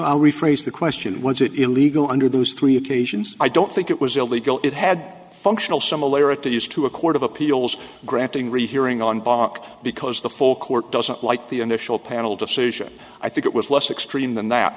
i'll rephrase the question once it illegal under those three occasions i don't think it was illegal it had functional similarities to a court of appeals granting rehearing on barak because the full court doesn't like the initial panel to say shit i think it was less extra than that